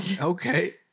Okay